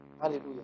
Hallelujah